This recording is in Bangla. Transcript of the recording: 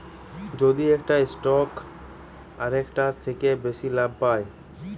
যদি একটা স্টক আরেকটার থেকে বেশি লাভ পায়